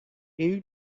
une